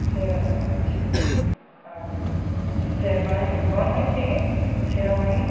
से रस्म होइ छन्हि तब शेरबानी कोन होइ छै गै सेरीमनी